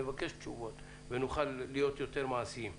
נבקש תשובות ונוכל להיות מעשיים יותר.